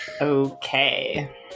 Okay